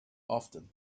often